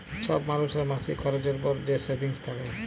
ছব মালুসের মাসিক খরচের পর যে সেভিংস থ্যাকে